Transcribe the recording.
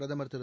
பிரதமர் திரு